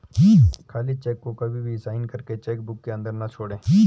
खाली चेक को कभी भी साइन करके चेक बुक के अंदर न छोड़े